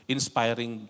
Inspiring